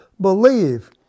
believe